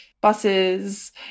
buses